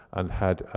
and had,